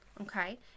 Okay